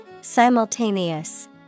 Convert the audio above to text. Simultaneous